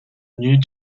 new